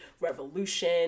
revolution